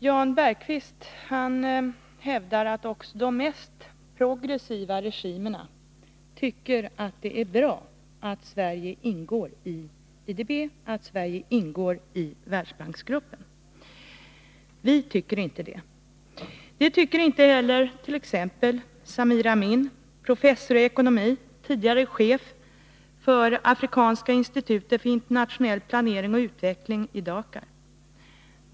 Jan Bergqvist hävdar att också de mest progressiva regimerna tycker att det är bra att Sverige ingår i IDB och Världsbanksgruppen. Vi tycker inte det. Det tycker inte heller t.ex. Samir Amin, professor i ekonomi och tidigare chef för Afrikanska institutet för internationell planering och utveckling i Dakar.